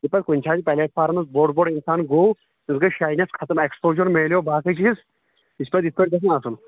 ییٚلہِ پتہٕ کُنہِ جایہِ پلیٹ فارمس بوٚڈ بوٚڈ اِنسان گوٚو تٔمِس گژھِ شاینیٚس ختٕم ایٚکسپوجر میلوو باقٕے چیٖز یِتھٕ پأٹھۍ یِتھٕ پأٹھۍ گژھِ نژُن